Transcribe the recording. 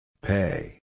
Pay